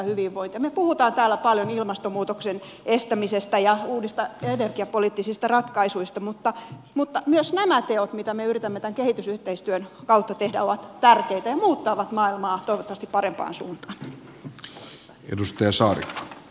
me puhumme täällä paljon ilmastonmuutoksen estämisestä ja uusista energiapoliittisista ratkaisuista mutta myös nämä teot mitä me yritämme tämän kehitysyhteistyön kautta tehdä ovat tärkeitä ja muuttavat maailmaa toivottavasti parempaan suuntaan